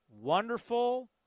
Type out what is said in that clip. wonderful